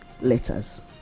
letters